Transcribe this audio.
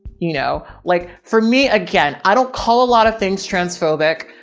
you know? like for me, again, i don't call a lot of things transphobic.